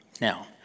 Now